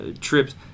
trips